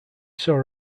saw